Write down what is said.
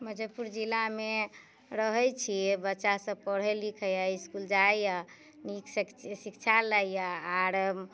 मुजफ्फरपुर जिलामे रहैत छियै बच्चासभ पढ़ैत लिखैत अइ इसकुल जाइए नीकसँ शिक्षा लैए आओर